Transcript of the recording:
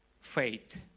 Faith